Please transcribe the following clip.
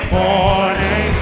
morning